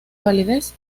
validez